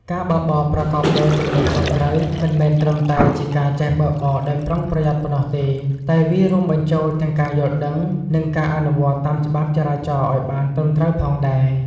ការបើកបរប្រកបដោយទំនួលខុសត្រូវ មិនមែនត្រឹមតែជាការចេះបើកបរដោយប្រុងប្រយ័ន្តប៉ុណ្ណោះទេ តែវារួមបញ្ចូលទាំងការយល់ដឹង និងការអនុវត្តតាមច្បាប់ចរាចរណ៍ឲ្យបានត្រឹមត្រូវផងដែរ។